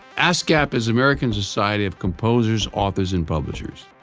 ascap is american society of composers, authors and publishers.